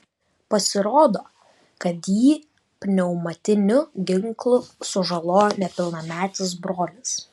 pasirodo kad jį pneumatiniu ginklu sužalojo nepilnametis brolis